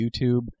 YouTube